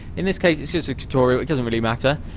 in this case, it's just a tutorial, it doesn't really matter,